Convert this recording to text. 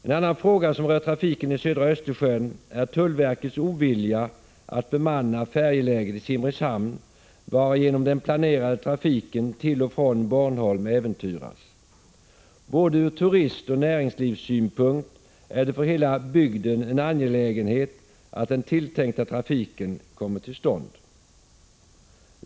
En annan fråga som rör trafiken i södra Östersjön är tullverkets ovilja att bemanna färjeläget i Simrishamn, varigenom den planerade trafiken till och från Bornholm äventyras. Ur både turistoch näringslivssynpunkt är det för hela bygden angeläget att den tilltänkta trafiken kommer till stånd.